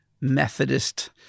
methodist